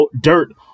dirt